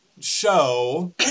show